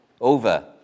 over